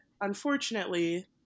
unfortunately